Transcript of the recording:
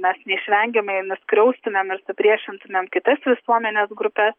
mes neišvengiamai nuskriaustumėm ir supriešintumėm kitas visuomenės grupes